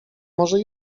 może